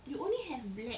you only have black